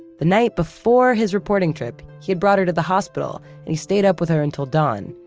the night before his reporting trip, he had brought her to the hospital and he stayed up with her until dawn.